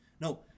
No